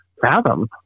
fathom